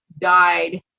died